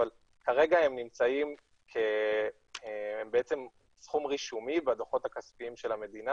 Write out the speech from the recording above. אבל כרגע הם נמצאים כסכום רישומי בדוחות הכספיים של המדינה,